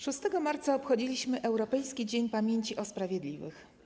6 marca obchodziliśmy Europejski Dzień Pamięci o Sprawiedliwych.